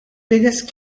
biggest